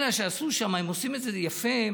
אלא שעשו שם, הם עושים את זה יפה: